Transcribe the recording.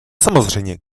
samozřejmě